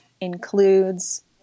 includes